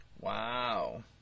Wow